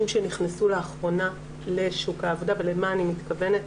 שנכנסו לאחרונה לשוק העבודה ולמה אני מתכוונת?